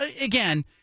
Again